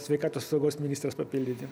sveikatos apsaugos ministras papildyti